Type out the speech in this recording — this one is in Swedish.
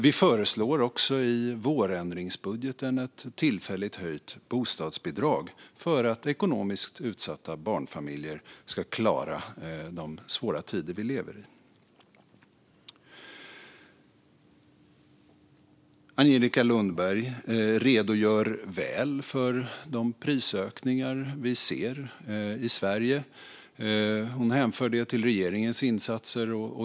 Vi föreslår också i vårändringsbudgeten ett tillfälligt höjt bostadsbidrag för att ekonomiskt utsatta barnfamiljer ska klara de svåra tider vi lever i. Angelica Lundberg redogör väl för de prisökningar vi ser i Sverige. Hon hänför det till regeringens insatser.